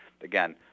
again